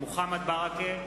מוחמד ברכה,